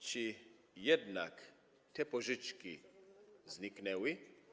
Czy jednak te pożyczki zniknęły?